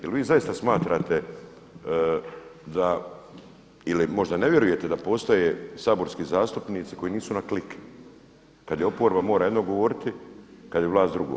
Je li vi zaista smatrate da, ili možda ne vjerujete da postoje saborski zastupnici koji nisu na klik, kada oporba mora jedno govoriti, kada je vlast drugo?